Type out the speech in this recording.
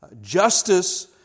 justice